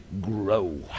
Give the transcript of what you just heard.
grow